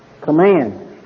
command